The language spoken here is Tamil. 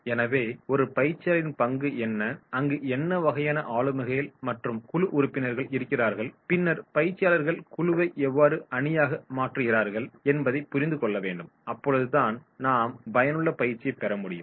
எனவே ஒரு பயிற்சியாளரின் பங்கு என்ன அங்கு என்ன வகையான ஆளுமைகள் மற்றும் குழு உறுப்பினர்கள் இருக்கிறார்கள் பின்னர் பயிற்சியாளர்கள் குழுவை எவ்வாறு அணியாக மாற்றுகிறார்கள் என்பதைப் புரிந்து கொள்ள வேண்டும் அப்பொழுதுதான் நாம் பயனுள்ள பயிற்சியை பெற முடியும்